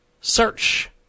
Search